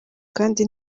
kandi